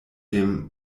dem